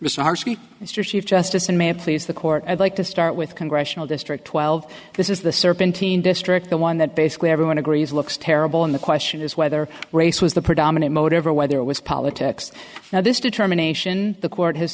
chief justice and may have please the court i'd like to start with congressional district twelve this is the serpentina district the one that basically everyone agrees looks terrible and the question is whether race was the predominant motive or whether it was politics now this determination the court has